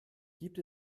gibt